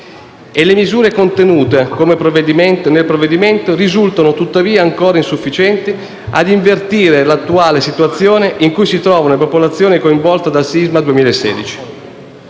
Le misure contenute nel provvedimento risultano tuttavia ancora insufficienti ad invertire l'attuale situazione in cui si trova la popolazione coinvolta dal sisma del 2016.